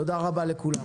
תודה רבה לכולם.